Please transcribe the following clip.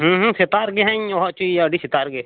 ᱦᱮᱸ ᱦᱮᱸ ᱥᱮᱛᱟᱜ ᱨᱮᱜᱮ ᱱᱟᱦᱟᱧ ᱦᱚᱦᱚ ᱦᱚᱪᱚᱭᱟ ᱟᱹᱰᱤ ᱥᱮᱛᱟᱜ ᱨᱮ